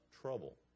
trouble